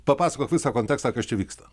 papasakok visą kontekstą kas čia vyksta